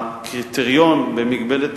במגבלת